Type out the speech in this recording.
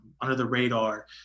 under-the-radar